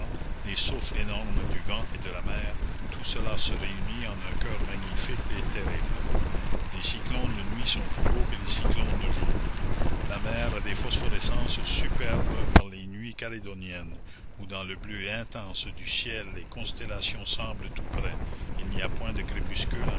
les souffles énormes du vent et de la mer tout cela se réunit en un chœur magnifique et terrible les cyclones de nuit sont plus beaux que les cyclones de jour la mer a des phosphorescences superbes par les nuits calédoniennes où dans le bleu intense du ciel les constellations semblent tout près il n'y a point de crépuscule